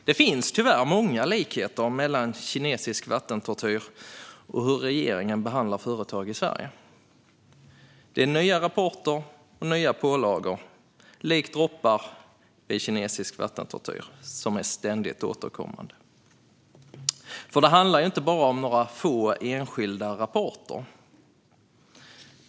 Det finns tyvärr många likheter mellan kinesisk vattentortyr och hur regeringen behandlar företag i Sverige. Det är nya rapporter och nya pålagor, likt droppar vid kinesisk vattentortyr. De är ständigt återkommande. Det handlar ju inte bara om några få enskilda rapporter.